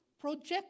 project